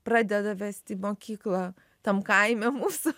pradeda vest į mokyklą tam kaime mūsų